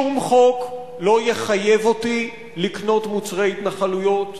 שום חוק לא יחייב אותי לקנות מוצרי התנחלויות.